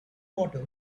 water